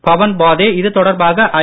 பவன் பாதே இது தொடர்பாக ஐ